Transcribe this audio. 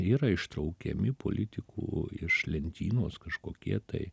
yra ištraukiami politikų iš lentynos kažkokie tai